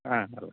ஆ நல்லது